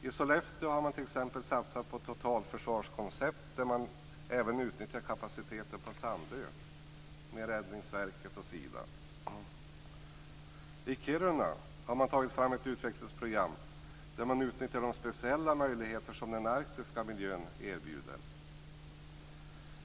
I Sollefteå har man t.ex. satsat på ett totalförsvarskoncept, där man även utnyttjar kapaciteten på Sandö med Räddningsverket och Sida. I Kiruna har man tagit fram ett utvecklingsprogram där man utnyttjar de speciella möjligheter som den arktiska miljön erbjuder.